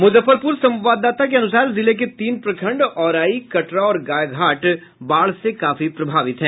मुजफ्फरपुर संवाददाता के अनुसार जिले के तीन प्रखंड औराई कटरा और गायघाट बाढ़ से काफी प्रभावित है